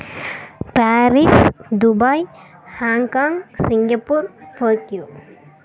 Paris Dubai Hong Kong Singapore Tokyo